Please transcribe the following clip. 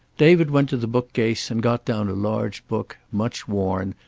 david went to the bookcase and got down a large book, much worn,